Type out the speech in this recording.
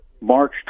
March